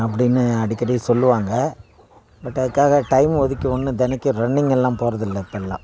அப்படின்னு அடிக்கடி சொல்லுவாங்க பட் அதுக்காக டைமை ஒதுக்கி ஒன்றும் தினக்கும் ரன்னிங்கெல்லாம் போகிறதில்ல இப்பெல்லாம்